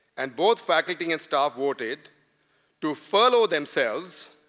and both faculty and staff voted to furlough themselves.